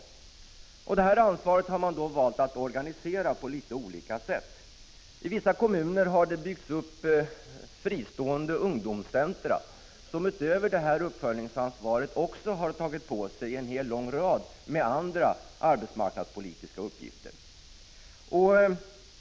Detta kommunala ansvar har man valt att tillgodose på litet olika sätt. I vissa kommuner har det byggts upp fristående ungdomscentra, som utöver uppföljningsansvaret har tagit på sig en lång rad andra arbetsmarknadspolitiska uppgifter.